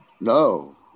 No